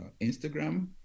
Instagram